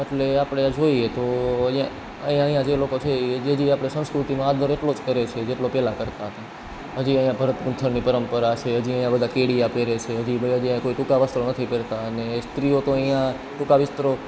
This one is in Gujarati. એટલે આપણે જોઈએ તો અહીંયા અહીંયા અહીંયા જે લોકો છે એ હજી હજી આપણી સંસ્કૃતિનો આદર એટલો જ કરે છે જેટલો પહેલાં કરતા હતા હજી અહીંયા ભરત ગૂંથણની પરંપરા છે હજી અહીંયા બધા કેડિયા પહેરે છે હજી બધા જ્યાં અહીં કોઈ ટૂંકા વસ્ત્રો નથી પહેરતા અને સ્ત્રીઓ તો અહીંયા ટૂંકા વસ્ત્રો